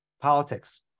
politics